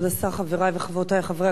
חברי וחברותי חברי הכנסת,